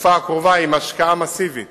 בתקופה הקרובה, עם השקעה מסיבית